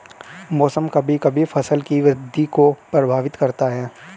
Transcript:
मौसम कभी कभी फसल की वृद्धि को प्रभावित करता है